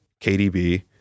KDB